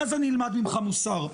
ואז אני אלמד ממך מוסר,